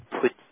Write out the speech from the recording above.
put